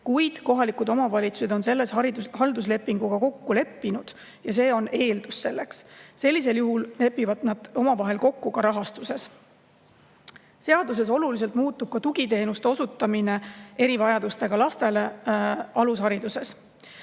kui kohalikud omavalitsused on selles halduslepinguga kokku leppinud. See on eeldus selleks. Sellisel juhul lepivad nad omavahel kokku ka rahastuses. Seaduses muutub oluliselt tugiteenuste osutamine erivajadustega lastele alushariduses.